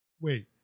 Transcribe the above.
wait